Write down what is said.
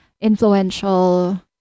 influential